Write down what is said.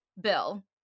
Bill